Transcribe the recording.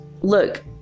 look